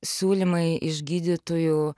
siūlymai iš gydytojų